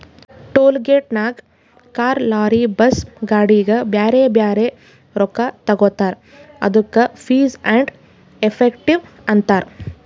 toll ಗೇಟ್ನಾಗ್ car, lorry, bus, ಗಾಡಿಗ ಬ್ಯಾರೆ ಬ್ಯಾರೆ ರೊಕ್ಕಾ ತಗೋತಾರ್ ಅದ್ದುಕ ಫೀಸ್ ಆ್ಯಂಡ್ ಎಫೆಕ್ಟಿವ್ ಅಂತಾರ್